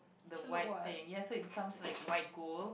the white thing ya so it becomes like white gold